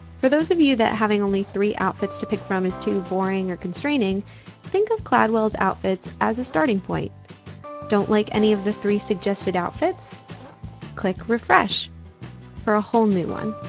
for those of you that having only three outfits to pick from is too boring or constraining think of cladwell's outfits as a starting point don't like any of the three suggested outfits click refresh for a whole new one.